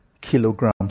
kilograms